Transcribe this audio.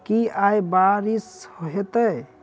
की आय बारिश हेतै?